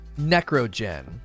Necrogen